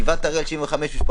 בגבעת הראל 75 משפחות,